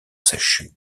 sèche